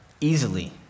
Easily